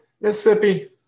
Mississippi